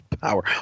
power